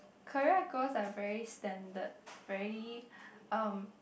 career goals are very standard very um